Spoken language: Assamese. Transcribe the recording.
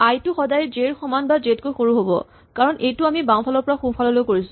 আই টো সদায় জে ৰ সমান বা জে তকৈ সৰু হ'ব কাৰণ এইটো আমি বাওঁফালৰ পৰা সোঁফাললৈ কৰিছো